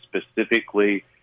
specifically